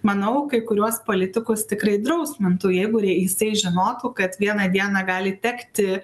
manau kai kuriuos politikus tikrai drausmintų jeigu jisai žinotų kad vieną dieną gali tekti